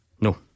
No